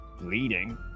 Bleeding